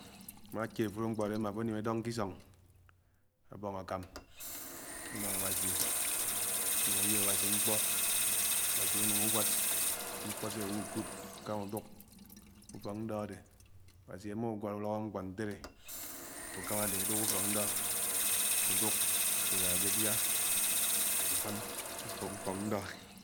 Ámá aché afulo mkpo adé amá afo anim edíng ké isóng àbóng àkám ánó Awasi. Ànúng ánwib Awàsi mkpó Awasi ánúng ùnwọd mkpó sé àwúhùkúd ùkámá ùdùk ùfọk nnọ adé. Awasi ãmã ùnwod utọ mkpọ ntélé afo àkámá adé adùk ufọk ndọ. Àdúk mán àkédia